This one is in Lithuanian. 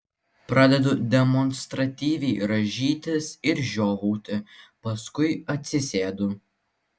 pradedu demonstratyviai rąžytis ir žiovauti paskui atsisėdu